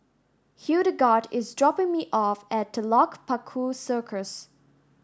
Hildegard is dropping me off at Telok Paku Circus